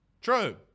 True